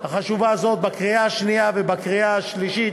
החשובה הזאת בקריאה השנייה ובקריאה השלישית